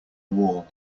wall